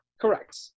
Correct